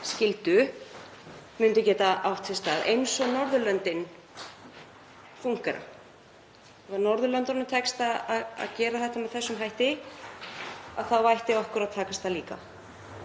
skyldu, það myndi geta átt sér stað eins og Norðurlöndin fúnkera. Ef Norðurlöndunum tekst að gera þetta með þessum hætti þá ætti okkur að takast það líka.